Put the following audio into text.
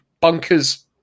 bunkers